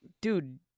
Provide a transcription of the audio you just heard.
dude